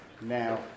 now